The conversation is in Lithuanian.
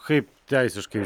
kaip teisiškai